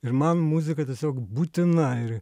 ir man muzika tiesiog būtina ir